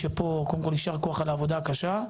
שפה קודם כל יישר כוח על העבודה הקשה.